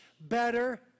better